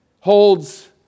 holds